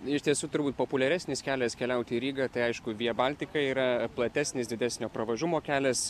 iš tiesų turbūt populiaresnis kelias keliauti į rygą tai aišku via baltica yra platesnis didesnio pravažumo kelias